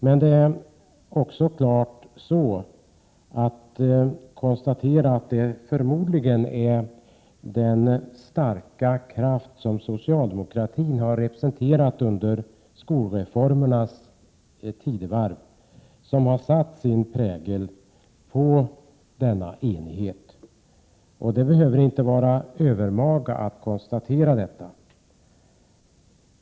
Men denna enighet har präglats av den starka kraft som socialdemokratin utgjort under skolreformernas tidevarv. Det är inte övermaga att konstatera detta.